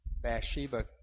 Bathsheba